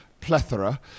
Plethora